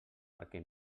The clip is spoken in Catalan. perquè